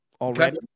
already